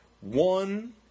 one